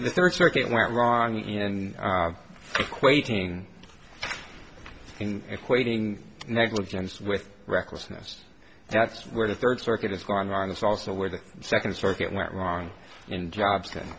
with the third circuit went wrong in equating in equating negligence with recklessness that's where the third circuit has gone on it's also where the second circuit went wrong in jobs